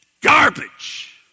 garbage